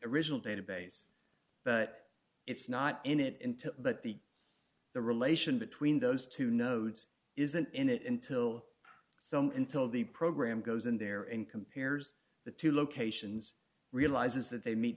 original database but it's not in it into but the the relation between those two nodes isn't in it until some until the program goes in there and compares the two locations realizes that they meet